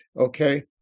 okay